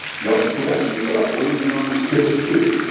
y'all and correct me but i believe the numbers fifty two.